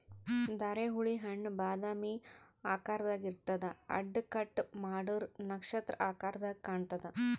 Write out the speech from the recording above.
ಧಾರೆಹುಳಿ ಹಣ್ಣ್ ಬಾದಾಮಿ ಆಕಾರ್ದಾಗ್ ಇರ್ತದ್ ಅಡ್ಡ ಕಟ್ ಮಾಡೂರ್ ನಕ್ಷತ್ರ ಆಕರದಾಗ್ ಕಾಣತದ್